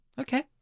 Okay